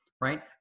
right